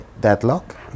deadlock